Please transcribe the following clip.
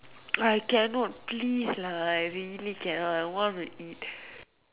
I cannot please lah I really cannot I want to eat